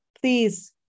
Please